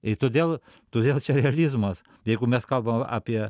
i todėl todėl čia realizmas jeigu mes kalbam apie